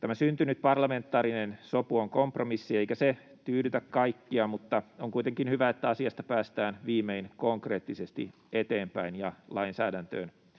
Tämä syntynyt parlamentaarinen sopu on kompromissi, eikä se tyydytä kaikkia, mutta on kuitenkin hyvä, että asiassa päästään viimein konkreettisesti eteenpäin ja lainsäädäntöön